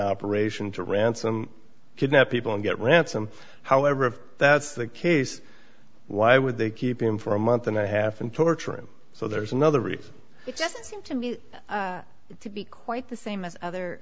operation to ransom kidnap people and get ransom however if that's the case why would they keep him for a month and a half and torturing so there's another reason it doesn't seem to me to be quite the same as other